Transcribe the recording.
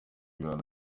bihano